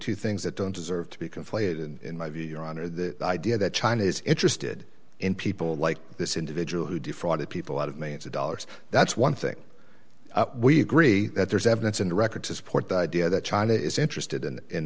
two things that don't deserve to be conflated in my view your honor the idea that china is interested in people like this individual who defrauded people out of millions of dollars that's one thing we agree that there's evidence in the record to support the idea that china is interested in